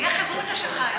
החברותא שלך היום?